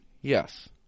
Yes